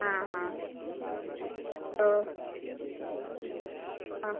हाँ हाँ तो हाँ